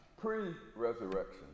pre-resurrection